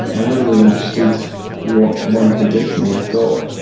i never really understood what my uncle did to me. i thought,